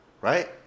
right